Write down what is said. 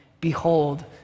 Behold